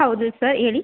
ಹೌದು ಸರ್ ಹೇಳಿ